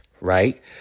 right